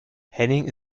henning